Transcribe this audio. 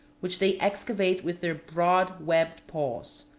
which they excavate with their broad, webbed paws.